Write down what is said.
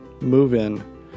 move-in